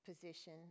position